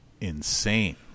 insane